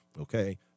okay